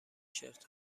شرت